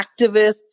activists